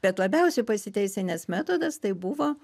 bet labiausiai pasiteisinęs metodas tai buvo